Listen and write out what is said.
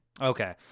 Okay